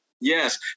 Yes